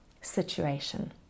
situation